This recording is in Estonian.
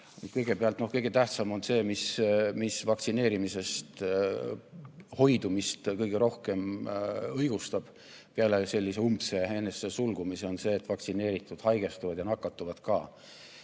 kõige tähtsam [argument], mis vaktsineerimisest hoidumist kõige rohkem õigustab peale sellise umbse enesesse sulgumise, on see, et vaktsineeritud nakatuvad ja haigestuvad ka.